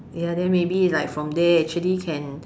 ya then maybe like from there actually can